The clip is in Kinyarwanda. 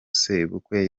sebukwe